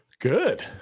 Good